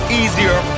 easier